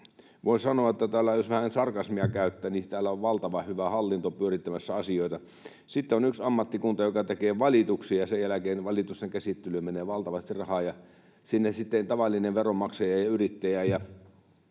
voi sanoa, jos vähän sarkasmia käyttää, että täällä on valtavan hyvä hallinto pyörittämässä asioita, sitten on yksi ammattikunta, joka tekee valituksia, ja sen jälkeen valitusten käsittelyyn menee valtavasti rahaa, ja sitten tavallinen veronmaksaja ja yrittäjä